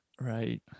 right